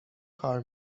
کار